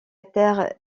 terre